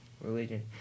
religion